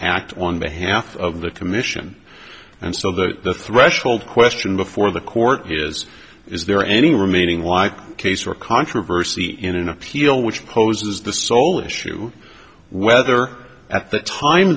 act on behalf of the commission and so the threshold question before the court is is there any remaining like case or controversy in an appeal which poses the sole issue whether at the time